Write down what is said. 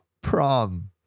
Prom